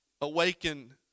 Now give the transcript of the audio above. awaken